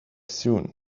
soon